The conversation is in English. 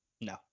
No